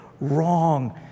wrong